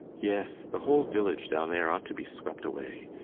yes. the whole village down there ought to be swept away.